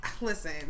listen